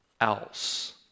else